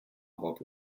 hot